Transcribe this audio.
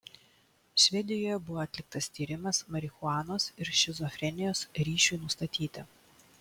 švedijoje buvo atliktas tyrimas marihuanos ir šizofrenijos ryšiui nustatyti